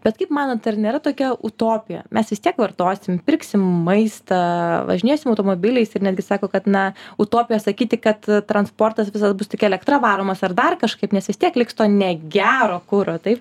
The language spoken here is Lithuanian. bet kaip manot ar nėra tokia utopija mes vis tiek vartosim pirksim maistą važinėsim automobiliais ir netgi sako kad na utopija sakyti kad transportas visas bus tik elektra varomas ar dar kažkaip nes vis tiek liks to negero kuro taip